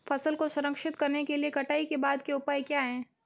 फसल को संरक्षित करने के लिए कटाई के बाद के उपाय क्या हैं?